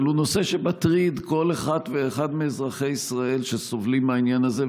אבל הוא נושא שמטריד כל אחת ואחד מאזרחי ישראל שסובלים מהעניין הזה.